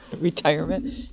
retirement